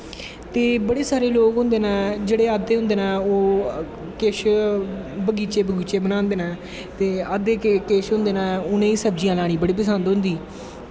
ते बड़े सारे लोग होंदे नै जेह्ड़े आखदे होंदे नै किश बगीचे बगूचे बनांदे नै ते अध्दें होंदे नै उनेगी सब्जियां लानीं बड़ी पसंद होंदी